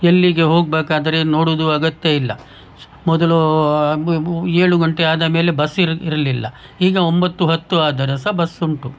ಎಲ್ಲಿಗೆ ಹೋಗಬೇಕಾದ್ರೆ ನೋಡೋದು ಅಗತ್ಯ ಇಲ್ಲ ಮೊದಲೂ ಏಳು ಗಂಟೆ ಆದ ಮೇಲೆ ಬಸ್ ಇರ ಇರಲಿಲ್ಲ ಈಗ ಒಂಬತ್ತು ಹತ್ತು ಆದರೆ ಸಾ ಬಸ್ ಉಂಟು